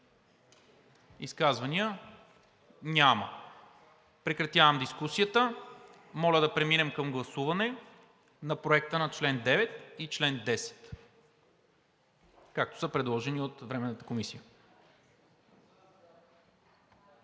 Изказвания? Няма. Прекратявам дискусията. Моля да преминем към гласуване на чл. 9 и 10, както са предложени от Временната комисия.